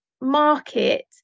market